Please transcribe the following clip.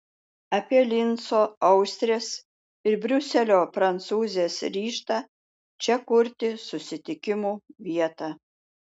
apie linco austrės ir briuselio prancūzės ryžtą čia kurti susitikimų vietą